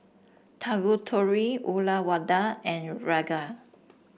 Tanguturi Uyyalawada and Ranga